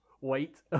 wait